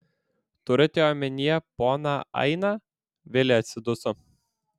turite omenyje poną ainą vilė atsiduso